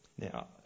now